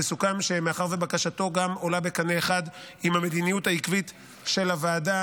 וסוכם שמאחר שבקשתו גם עולה בקנה אחד עם המדיניות העקבית של הוועדה